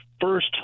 first